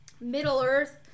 Middle-earth